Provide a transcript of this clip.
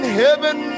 heaven